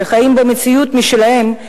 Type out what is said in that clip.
שחיים במציאות משלהם,